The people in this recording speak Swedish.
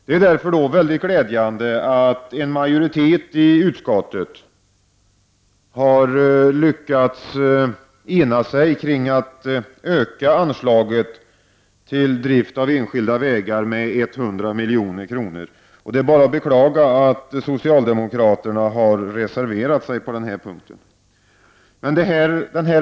Det är därför glädjande att en majoritet i utskottet har lyckats enas om att öka anslaget till driften av enskilda vägar med 100 milj.kr. Det är bara att beklaga att socialdemokraterna har reserverat sig på den punkten.